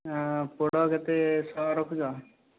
ପୋଡ଼ କେତେ ଶହ ରଖୁଛ